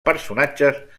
personatges